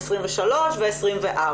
2023 ו-2024,